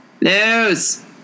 News